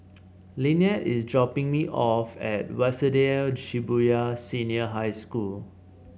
lynnette is dropping me off at Waseda Shibuya Senior High School